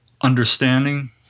understanding